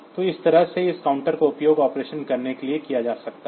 तो इस तरह से इस काउंटर का उपयोग ऑपरेशन करने के लिए किया जा सकता है